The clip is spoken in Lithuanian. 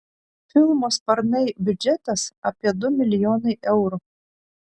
filmo sparnai biudžetas apie du milijonai eurų